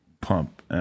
pump